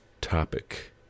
topic